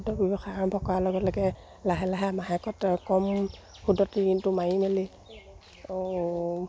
ক্ষুদ্ৰ ব্যৱসায় আৰম্ভ কৰাৰ লগে লগে লাহে লাহে মাহেকত কম সুদত ঋণটো মাৰি মেলি আৰু